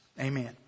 Amen